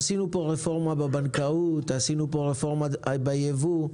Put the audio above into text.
עשינו פה רפורמה בבנקאות, עשינו פה רפורמה בייבוא.